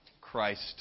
Christ